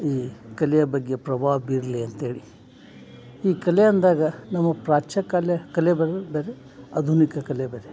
ಈ ಕಲೆಯ ಬಗ್ಗೆ ಪ್ರಭಾವ ಬೀರಲಿ ಅಂತ ಹೇಳಿ ಈ ಕಲೆ ಅಂದಾಗ ನಮ್ಮ ಪ್ರಾಚ್ಯಕಾಲ ಕಲೆ ಬೇರೆ ಆಧುನಿಕ ಕಲೆ ಬೇರೆ